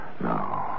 No